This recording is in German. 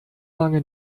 lange